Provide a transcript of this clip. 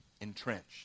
entrenched